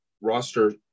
roster